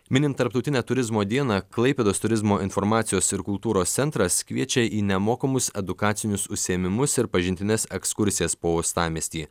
minint tarptautinę turizmo dieną klaipėdos turizmo informacijos ir kultūros centras kviečia į nemokamus edukacinius užsiėmimus ir pažintines ekskursijas po uostamiestį